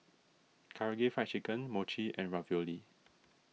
Karaage Fried Chicken Mochi and Ravioli